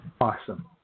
Awesome